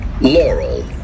Laurel